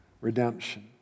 redemption